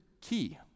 key